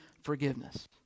forgiveness